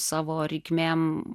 savo reikmėm